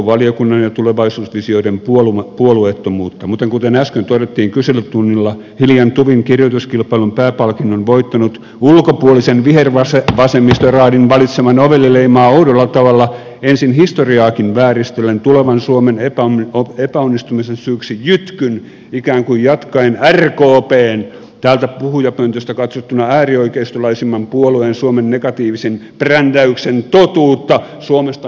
valiokunnan ja tulevaisuusvisioiden puolueettomuutta mutta kuten äsken todettiin kyselytunnilla hiljan tuvin kirjoituskilpailun pääpalkinnon voittanut ulkopuolisen vihervasemmistoraadin valitsema novelli leimaa oudolla tavalla ensin historiaakin vääristellen tulevan suomen epäonnistumisen syyksi jytkyn ikään kuin jatkaen rkpn täältä puhujapöntöstä katsottuna äärioikeistolaisimman puolueen suomen negatiivisimman brändäyksen totuutta suomesta maailmalle levitellen